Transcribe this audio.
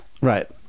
right